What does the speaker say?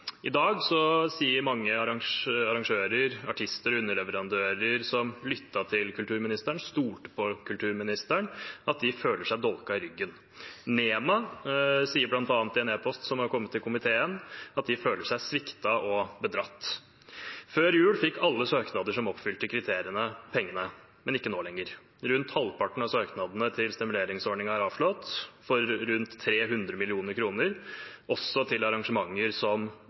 I dag sier mange arrangører, artister og underleverandører som lyttet til kulturministeren, stolte på kulturministeren, at de føler seg dolket i ryggen. NEMAA sier bl.a. i en e-post som er kommet til komiteen, at de føler seg sviktet og bedratt. Før jul fikk alle søknader som oppfylte kriteriene, pengene, men ikke nå lenger. Rundt halvparten av søknadene til stimuleringsordningen er avslått, for rundt 300 mill. kr, også til arrangementer som